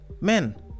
Men